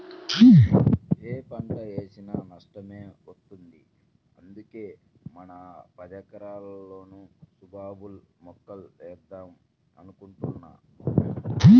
యే పంట వేసినా నష్టమే వత్తంది, అందుకే మన పదెకరాల్లోనూ సుబాబుల్ మొక్కలేద్దాం అనుకుంటున్నా